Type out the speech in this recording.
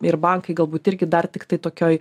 ir bankai galbūt irgi dar tiktai tokioj